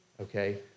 okay